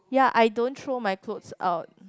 ya I don't throw my clothes out